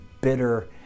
bitter